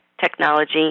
technology